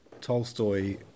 Tolstoy